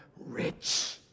rich